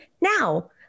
now